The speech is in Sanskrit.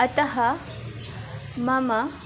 अतः मम